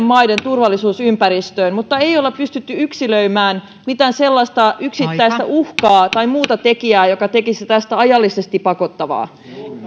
maiden turvallisuusympäristöön mutta ei olla pystytty yksilöimään mitään sellaista yksittäistä uhkaa tai muuta tekijää joka tekisi tästä ajallisesti pakottavaa